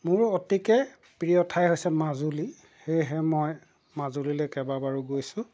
মোৰ অতিকৈ প্ৰিয় ঠাই হৈছে মাজুলী সেয়েহে মই মাজুলীলৈ কেইবাবাৰো গৈছোঁ